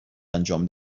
انجام